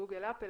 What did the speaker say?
גוגל-אפל,